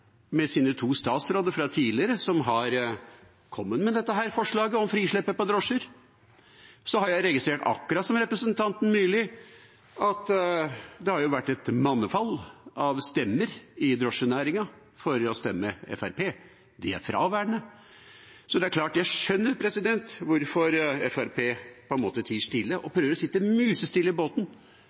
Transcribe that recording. med sine to statsråder fra tidligere, som har kommet med dette forslaget om frislipp for drosjer. Jeg har – akkurat som representanten Myrli – registrert at det har vært et mannefall i drosjenæringen når det gjelder å stemme på Fremskrittspartiet. De er fraværende. Så jeg skjønner hvorfor Fremskrittspartiet tier stille og prøver å sitte musestille i